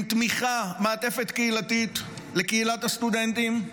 עם תמיכה, מעטפת קהילתית, לקהילת הסטודנטים.